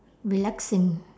relaxing